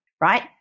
right